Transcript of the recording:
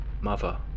Mother